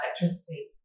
electricity